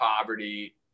poverty